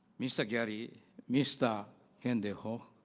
mesa gary vista kandy ho